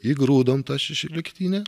įgrūdom tą šešioliktinę